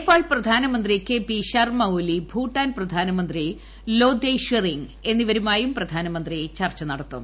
നേപ്പാൾ പ്രധാനമന്ത്രി കെ പി ശർമ്മ ഒലി ഭൂട്ടാൻ പ്രെയ്ാനമന്ത്രി ലോതേയ് ഷെറിംഗ് എന്നിവരുമായും പ്രധാനമന്ത്രി ചെർച്ച് നടത്തും